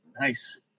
nice